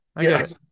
Yes